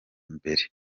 mbere